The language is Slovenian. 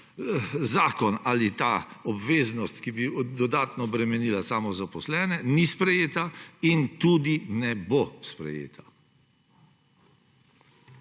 zakon ali ta obveznost, ki bi dodatno bremenila samozaposlene, ni sprejeta in tudi ne bo sprejeta.